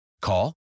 Call